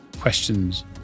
questions